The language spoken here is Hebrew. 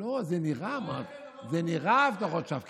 זה נראה הבטחות שווא.